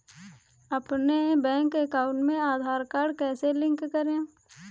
अपने bank account में Aadhaar card कैसे लिंक करें?